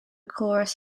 chorus